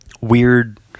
weird